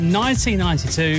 1992